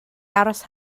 aros